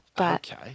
Okay